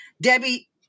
Debbie